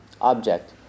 object